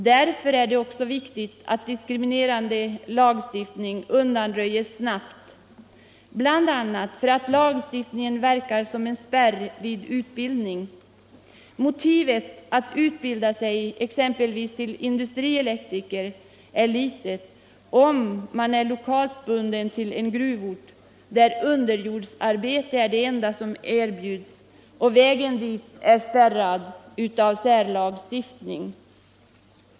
Därför är det också viktigt att diskriminerande lagstiftning undanröjs snabbt, eftersom lagstiftningen bl.a. verkar som en spärr vid utbildning. Motivet att utbilda sig exempelvis till industrielektriker är litet om man är lokalt bunden till en gruvort, där underjordsarbete är det enda som erbjuds och vägen dit är spärrad av särlagstiftning.